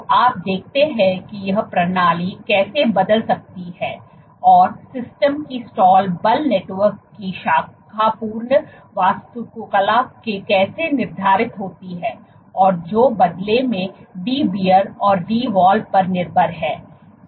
तो आप देखते हैं कि यह प्रणाली कैसे बदल सकती है और सिस्टम की स्टाल बल नेटवर्क की शाखापूर्ण वास्तुकला से कैसे निर्धारित होती है और जो बदले में Dbr और Dwall पर निर्भर है